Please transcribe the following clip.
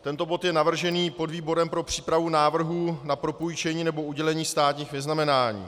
Tento bod je navržený podvýborem pro přípravu návrhů na propůjčení nebo udělení státních vyznamenání.